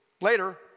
later